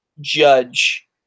judge